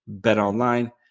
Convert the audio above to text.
BetOnline